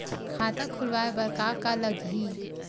खाता खुलवाय बर का का लगही?